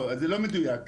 זה לא מדויק.